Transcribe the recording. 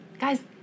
Guys